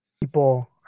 people